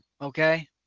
okay